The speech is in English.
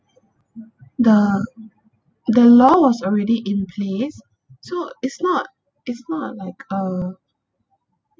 the the law was already in place so it's not it's not like uh